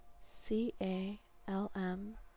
c-a-l-m